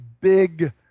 big